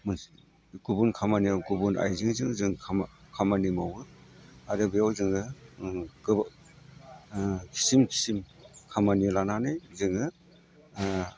गुबुन खामानियाव गुबुन आयजेंजों जों खामानि मावो आरो बेयाव जोङो गोबाव खिसिम खिसिम खामानि लानानै जोङो